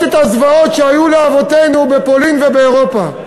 את הזוועות שעשו לאבותינו בפולין ובאירופה.